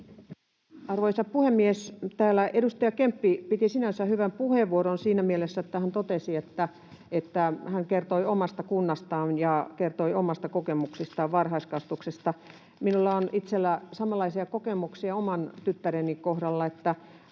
Arvoisa puhemies! Täällä edustaja Kemppi piti sinänsä hyvän puheenvuoron siinä mielessä, että hän kertoi omasta kunnastaan ja kertoi omista kokemuksistaan varhaiskasvatuksesta. Minulla on itsellä samanlaisia kokemuksia oman tyttäreni kohdalla,